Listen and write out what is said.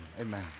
amen